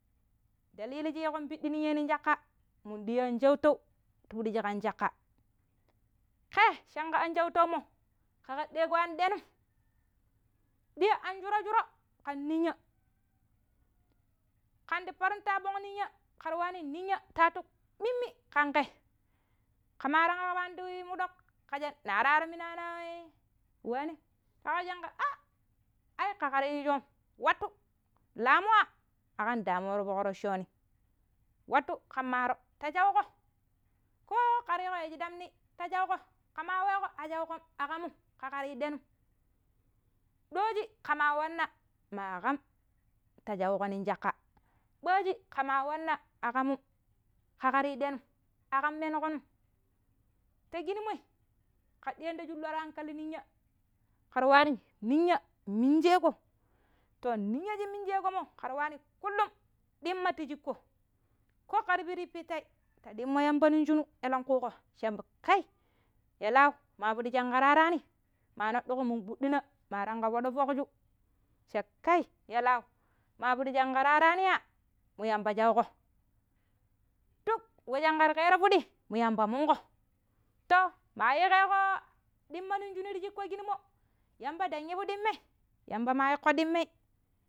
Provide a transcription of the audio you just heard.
﻿Dalilin jiyogon piɗi ninya̱ no̱ng caƙƙa mun ɗiya̱ anshautau ti piɗi shi ƙan caƙƙa ƙe shinƙe an shautaumo ƙeƙarɗeko an ɗenum, ɗiya̱ an shuro-shuro ƙan ninya̱ ƙandi perum ta ninya̱ perumɓan ninya̱ ta watu mimmi ƙanƙe ƙamari ƙaabani ti muɗoƙ kajek nari waaro mina no̱i nwane ta ajanka a ai ƙe ƙaryu shoni wattu lamoa anƙan damuwan foƙroconim wattu ƙamaaro̱ ta shauƙo, koh ƙariƙo ya shiɗamni ta shauƙo ƙama weƙo a shaƙom aƙamum ƙeƙaryu ɗenum ɗoji ƙama wana maaƙam ta shauƙo nong caƙƙa ɓaji ƙema wanna aƙamun akarin ɓemo̱ aƙanomineg'um ta kinimei ƙa diya̱ da julɗe ankali ninya̱, ƙarawani ninya̱ minjeko, toh ninya̱ shi mijekomo ƙara wani kulum dimma ti jhiko ko kari-ri ti bitei ta ɗimma yamba nong shinu, elankuƙo shanba kai ya lau ma fuɗi shinƙo tarani, maa noɗɗuƙo mungbuɗina̱ ma tangƙo fuɗu foƙji ta ƙai ya lau ma fuƙi shinƙe taraniya? mu yamba shauƙo, duk ɗoi shinƙe ta ƙero fuɗi mu yamba mungo, toh mayi ƙeƙo ɗiima ti shiko kishimo yamba nɗand ivu ɗimmai yamba ma ya maƙodimai.